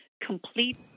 complete